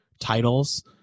titles